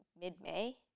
mid-may